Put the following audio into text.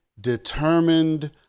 determined